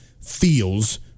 feels